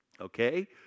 Okay